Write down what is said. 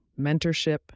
mentorship